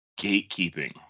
gatekeeping